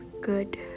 good